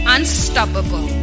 Unstoppable